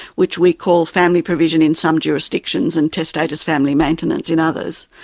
which we call family provision in some jurisdictions and testator's family maintenance in others,